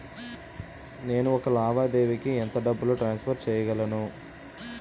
నేను ఒక లావాదేవీకి ఎంత డబ్బు ట్రాన్సఫర్ చేయగలను?